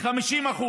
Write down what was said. ב-50%.